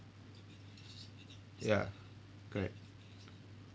ya correct